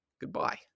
goodbye